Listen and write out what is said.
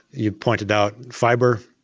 you pointed out fibre.